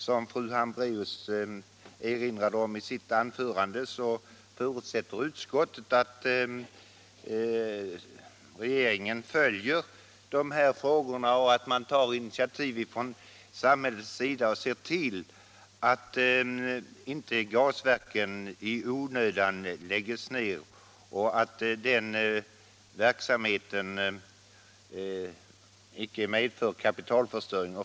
Som fru Hambraeus erinrade om i sitt anförande förutsätter utskottet att regeringen följer dessa frågor och att man från samhällets sida tar initiativ och ser till att gasverken inte i onödan läggs ned och att denna verksamhet inte medför kapitalförstöring.